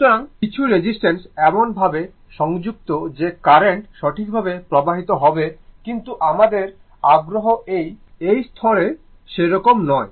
সুতরাং কিছু রেজিস্টেন্স এমন ভাবে সংযুক্ত যে কারেন্ট সঠিকভাবে প্রবাহিত হবে কিন্তু আমাদের আগ্রহ এই স্তরে সেরকম নয়